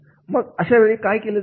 मग अशा वेळी काय केलं पाहिजे